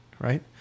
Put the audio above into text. right